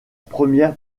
première